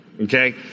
okay